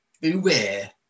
beware